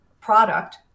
product